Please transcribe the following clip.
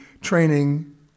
training